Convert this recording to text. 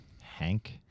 Hank